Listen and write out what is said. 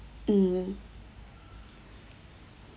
mm